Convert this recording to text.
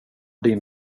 din